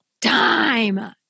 Time